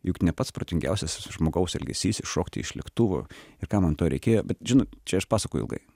juk ne pats protingiausias žmogaus elgesys iššokti iš lėktuvo ir kam man to reikėjo bet žinot čia aš pasakoju ilgai